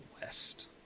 west